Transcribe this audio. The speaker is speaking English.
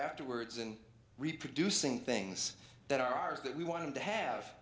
afterwards and reproducing things that are ours that we want to have